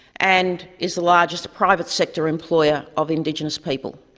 and is the largest private sector employer of indigenous people.